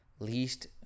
least